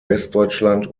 westdeutschland